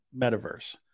metaverse